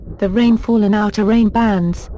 the rainfall in outer rainbands,